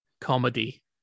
comedy